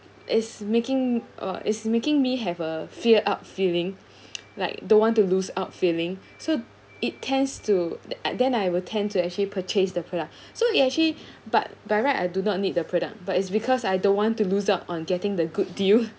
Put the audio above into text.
is making uh it's making me have a fear out feeling like don't want to lose out feeling so it tends to uh then I will tend to actually purchase the product so it actually but by right I do not need the product but it's because I don't want to lose out on getting the good deal